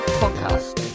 podcast